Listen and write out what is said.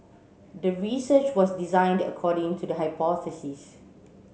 the research was designed according to the hypothesis